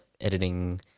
editing